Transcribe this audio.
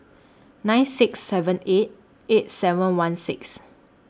nine six seven eight eight seven one six